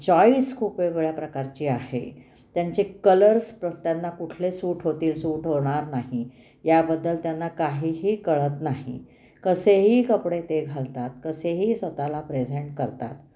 choice खूप वेगवेगळ्या प्रकारची आहे त्यांचे कलर्स प्र त्यांना कुठले सूट होतील सूट होणार नाही याबद्दल त्यांना काहीही कळत नाही कसेही कपडे ते घालतात कसेही स्वतःला प्रेझेंट करतात